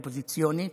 אופוזיציונית.